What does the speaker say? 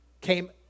came